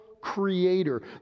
creator